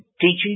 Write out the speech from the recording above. teaching